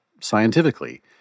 scientifically